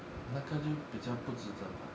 那个就比较不值得吧